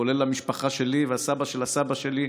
כולל המשפחה שלי והסבא של הסבא שלי,